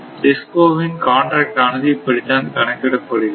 Disco வின் contract ஆனது இப்படி தான் கணக்கிட படுகிறது